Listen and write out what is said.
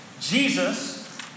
Jesus